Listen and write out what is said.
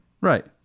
Right